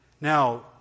Now